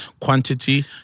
quantity